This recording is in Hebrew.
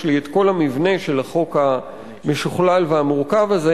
לי את כל המבנה של החוק המשוכלל והמורכב הזה.